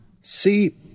See